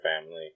family